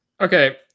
Okay